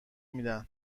میدن